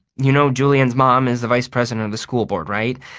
you know julian's mom is the vice president of the school board, right?